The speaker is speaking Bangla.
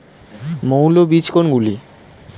মৌল বীজ কোনগুলি?